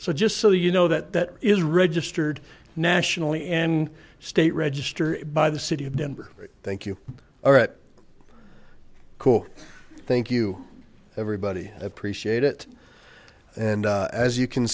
so just so you know that is registered nationally and state register by the city of denver thank you all right thank you everybody appreciate it and as you can